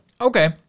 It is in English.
Okay